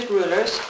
rulers